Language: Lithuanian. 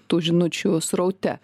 tų žinučių sraute